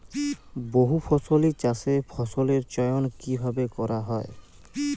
বহুফসলী চাষে ফসলের চয়ন কীভাবে করা হয়?